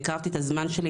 והקרבתי את הזמן שלי,